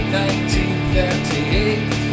1938